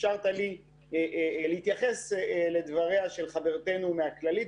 שאפשרת לי להתייחס לדבריה של חברתנו מהכללית,